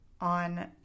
on